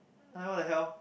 what the hell